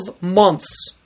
months